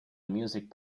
music